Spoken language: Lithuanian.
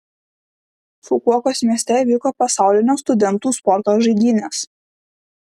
fukuokos mieste vyko pasaulio studentų sporto žaidynės